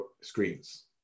screens